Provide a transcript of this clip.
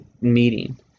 meeting